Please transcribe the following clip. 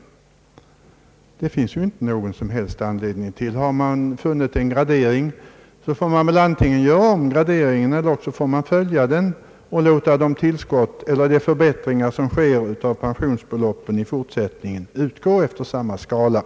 Härtill finns ju inte någon som helst anledning. Har vi beslutat en gradering, så får vi väl antingen göra om graderingen eller också får vi följa den och låta de förbättringar av pensionsbeloppen som sker i fortsättningen utgå efter samma skala.